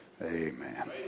Amen